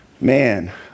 Man